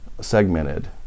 segmented